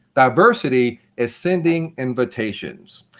diversity is sending invitations.